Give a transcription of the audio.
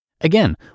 Again